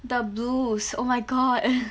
the blues oh my god